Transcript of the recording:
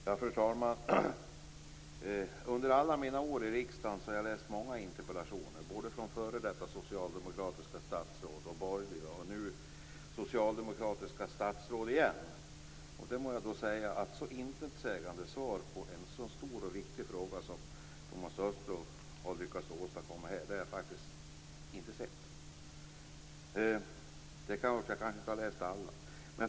Fru talman! Under alla mina år i riksdagen har jag läst många interpellationer, både från f.d. socialdemokratiska och borgerliga statsråd och nu från socialdemokratiska statsråd igen. Det må jag säga att ett så intetsägande svar på en så stor och viktig fråga som Thomas Östros har lyckats åstadkomma här har jag faktiskt inte sett. Men det är klart, jag kanske inte har läst alla.